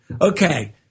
Okay